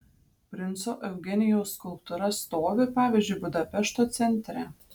princo eugenijaus skulptūra stovi pavyzdžiui budapešto centre